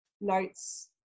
notes